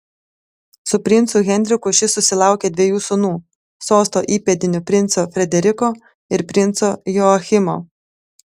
su princu henriku ši susilaukė dviejų sūnų sosto įpėdinio princo frederiko ir princo joachimo